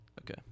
Okay